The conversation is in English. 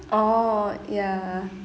oh ya